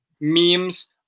Memes